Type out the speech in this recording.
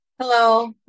Hello